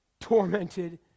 tormented